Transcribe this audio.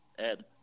Ed